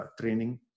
training